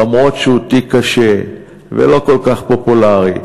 למרות שהוא תיק קשה ולא כל כך פופולרי,